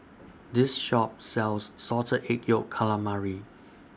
This Shop sells Salted Egg Yolk Calamari